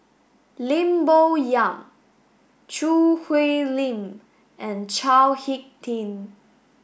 Lim Bo Yam Choo Hwee Lim and Chao Hick Tin